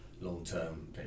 long-term